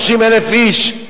30,000 איש.